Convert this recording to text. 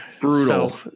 Brutal